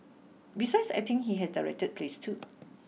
besides acting he had directed plays too